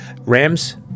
Rams